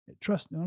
trust